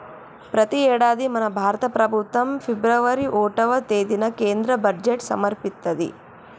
ప్రతి యేడాది మన భారత ప్రభుత్వం ఫిబ్రవరి ఓటవ తేదిన కేంద్ర బడ్జెట్ సమర్పిత్తది